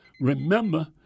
Remember